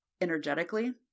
energetically